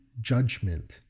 judgment